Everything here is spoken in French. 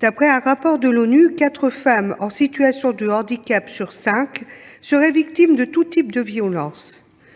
D'après un rapport de l'ONU, quatre femmes en situation de handicap sur cinq seraient victimes de tous types de violences.